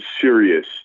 serious